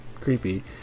creepy